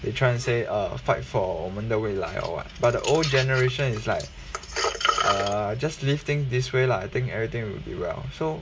they trying to say uh fight for 我们的未来 or what but the old generation is like err just leave thing this way lah I think everything will be well so